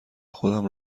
خودم